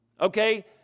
Okay